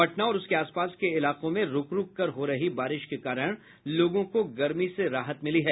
पटना और उसके आस पास के इलाकों में रूक रूक कर हो रही बारिश के कारण लोगों को गर्मी से राहत मिली है